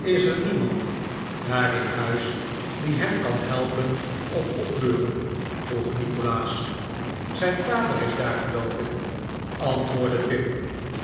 is er niemand daar in huis die hem kan helpen of opbeuren vroeg nikolaas zijn vader is daar geloof ik antwoordde tim